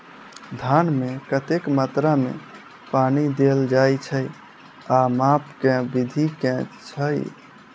धान मे कतेक मात्रा मे पानि देल जाएँ छैय आ माप केँ विधि केँ छैय?